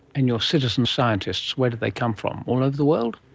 and your citizen scientists, where do they come from? all over the world?